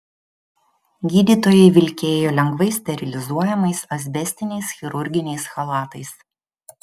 gydytojai vilkėjo lengvai sterilizuojamais asbestiniais chirurginiais chalatais